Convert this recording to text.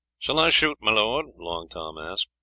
shall i shoot, my lord? long tom asked.